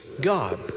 God